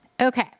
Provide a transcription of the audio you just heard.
Okay